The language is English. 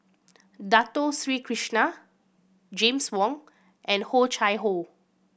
Dato Sri Krishna James Wong and Oh Chai Hoo